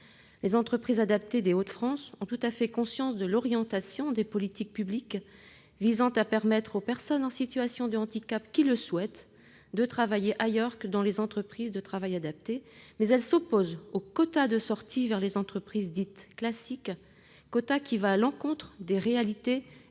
Les entreprises adaptées des Hauts-de-France ont tout à fait conscience de l'orientation des politiques publiques visant à permettre aux personnes en situation de handicap qui le souhaitent de travailler ailleurs que dans les entreprises de travail adapté, mais elles s'opposent au quota de sorties vers les entreprises dites « classiques », quota qui va à l'encontre des réalités économiques